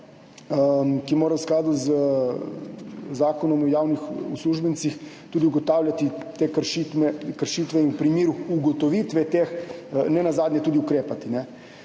ki mora v skladu z Zakonom o javnih uslužbencih tudi ugotavljati te kršitve in v primeru ugotovitve le-teh nenazadnje tudi ukrepati.